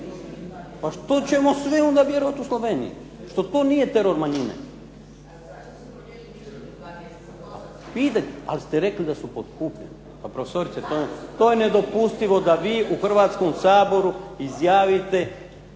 Što ćemo sve onda vjerovati Sloveniji, što to nije teror manjine. Ali ste rekli da su potkupljivi, pa profesorice to je nedopustivo da vi u Hrvatskom saboru izjavite